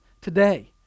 today